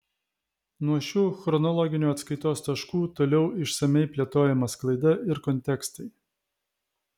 nuo šių chronologinių atskaitos taškų toliau išsamiai plėtojama sklaida ir kontekstai